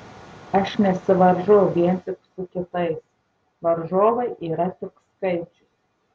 aš nesivaržau vien tik su kitais varžovai yra tik skaičius